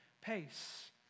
pace